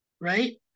right